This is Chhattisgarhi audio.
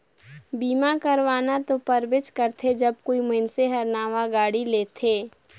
बीमा करवाना तो परबेच करथे जब कोई मइनसे हर नावां गाड़ी लेथेत